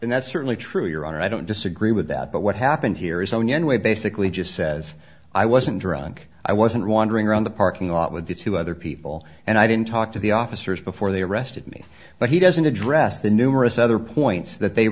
and that's certainly true your honor i don't disagree with that but what happened here is only one way basically just says i wasn't drunk i wasn't wandering around the parking lot with the two other people and i didn't talk to the officers before they arrested me but he doesn't address the numerous other points that they